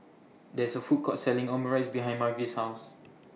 There IS A Food Court Selling Omurice behind Margy's House